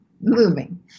moving